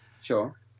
Sure